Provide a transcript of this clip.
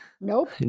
Nope